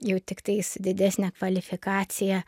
jau tiktai su didesne kvalifikacija